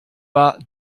pas